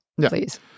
please